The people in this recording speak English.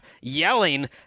yelling